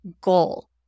goal